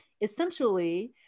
Essentially